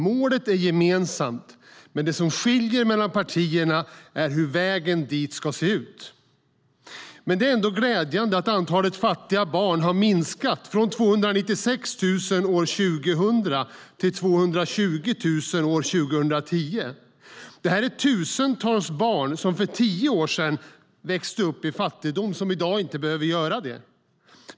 Målet är gemensamt, men det som skiljer mellan partierna är hur vägen dit ska se ut. Det är ändå glädjande att antalet fattiga barn har minskat från 296 000 år 2000 till 220 000 år 2010. Det är tusentals barn som växte upp i fattigdom för tio år sedan som inte behöver göra det i dag.